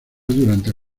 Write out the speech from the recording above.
durante